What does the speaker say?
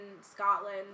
Scotland